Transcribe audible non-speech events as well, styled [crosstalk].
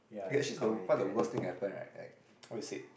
eh actually is the what the worst thing can happen right like [noise] what you said